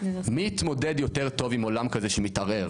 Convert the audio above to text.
מי יתמודד יותר טוב עם עולם כזה שמתערער?